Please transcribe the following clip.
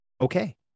Okay